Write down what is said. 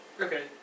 Okay